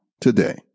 today